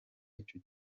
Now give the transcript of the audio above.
icyo